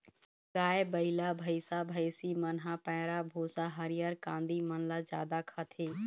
गाय, बइला, भइसा, भइसी मन ह पैरा, भूसा, हरियर कांदी मन ल जादा खाथे